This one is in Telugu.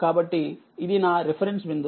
కాబట్టి ఇది నా రిఫరెన్స్ బిందువు